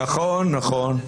נכון, נכון.